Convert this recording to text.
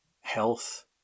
health